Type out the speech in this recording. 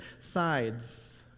sides